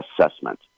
assessment